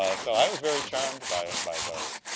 ah so i was very charmed by by those.